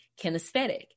kinesthetic